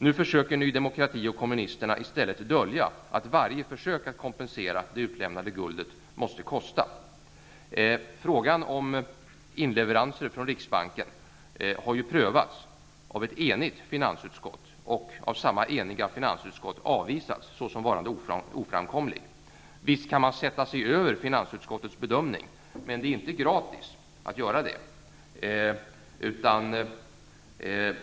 Nu försöker Ny demokrati och Vänsterpartiet i stället att dölja att varje försök att kompensera det utlämnade guldet måste kosta. Frågan om inleveranser från riksbanken har prövats, och ett enigt finansutskott har avvisat den vägen som varande oframkomlig. Visst kan man sätta sig över finansutskottets bedömning, men det är inte gratis att göra det.